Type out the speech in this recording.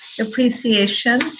appreciation